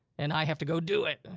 and i have to go do it,